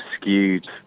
skewed